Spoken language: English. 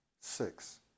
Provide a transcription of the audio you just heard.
six